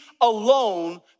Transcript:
alone